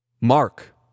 Mark